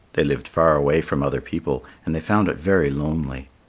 they lived far away from other people, and they found it very lonely.